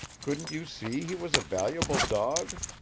couldn't you see he was a valuable dog?